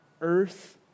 earth